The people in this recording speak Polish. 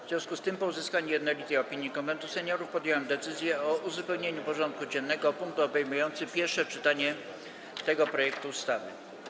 W związku z tym, po uzyskaniu jednolitej opinii Konwentu Seniorów, podjąłem decyzję o uzupełnieniu porządku dziennego o punkt obejmujący pierwsze czytanie tego projektu ustawy.